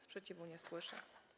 Sprzeciwu nie słyszę.